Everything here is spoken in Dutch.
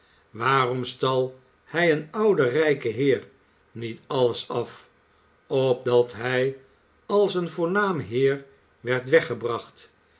waarom stal hij een ouden rijken heer niet alles af opdat hij als een voornaam heer werd weggebracht